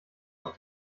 aus